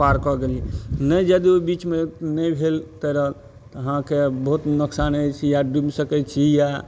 पार कऽ गेली नहि यदि ओ बीचमे नहि भेल तैरल तऽ अहाँके बहुत नोकसान अछि या डुबि सकैत छी या